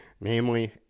Namely